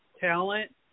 talent